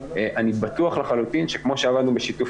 אני בטוח לחלוטין שכמו שעבדנו בשיתוף